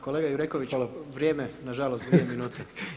Kolega Jureković, vrijeme nažalost dvije minute.